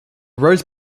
rose